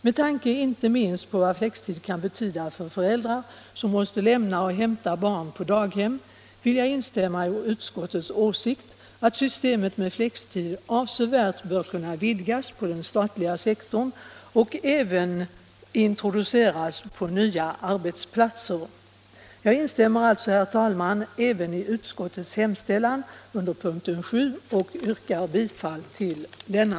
Med tanke inte minst på vad flextid kan betyda för föräldrar som måste lämna och hämta barn på daghem vill jag instämma i utskottets åsikt att systemet med flextid avsevärt bör kunna vidgas på den statliga sektorn och även introduceras på nya arbetsplatser. Jag instämmer alltså, herr talman, även i utskottets hemställan under punkten 7 och yrkar bifall till denna.